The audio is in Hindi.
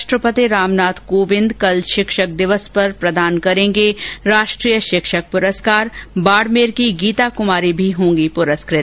राष्ट्रपति रामनाथ कोविंद कल शिक्षक दिवस पर प्रदान करेंगे राष्ट्रीय शिक्षक प्रस्कार बाड़मेर की गीता कुमारी भी होंगी पुरस्कृत